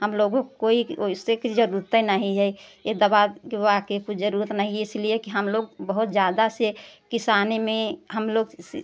हम लोगों को कोई ओइसे की ज़रूरते नहीं है ये दवा दुवा के कोई ज़रूरत नहीं है इसलिए कि हम लोग बहुत ज़्यादा से किसानी में हम लोग इसी